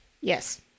Yes